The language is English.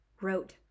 wrote